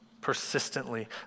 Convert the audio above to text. Persistently